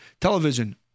television